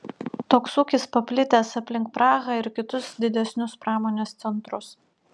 toks ūkis paplitęs aplink prahą ir kitus didesnius pramonės centrus